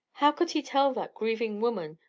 how could he tell that grieving woman,